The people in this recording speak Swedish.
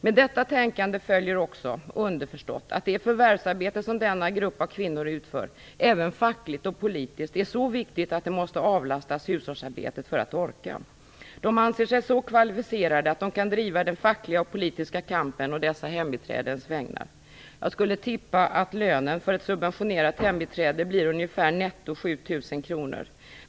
Med detta tänkande följer också underförstått att det förvärvsarbete som denna grupp av kvinnor utför även fackligt och politiskt är så viktigt att de måste avlastas hushållsarbetet för att orka. De anser sig så kvalificerade att de kan driva den fackliga och politiska kampen å dessa hembiträdens vägnar. Jag skulle tippa att lönen för ett subventionerat hembiträde blir ungefär netto 7 000 kr.